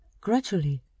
Gradually